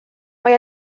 mae